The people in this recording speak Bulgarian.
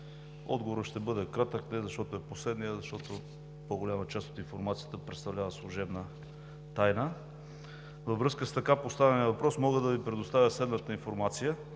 Отговорът ще бъде кратък не защото е последен, а защото по-голяма част от информацията представлява служебна тайна. Във връзка с така поставения въпрос мога да Ви предоставя следната информация: